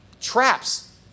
Traps